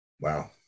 Wow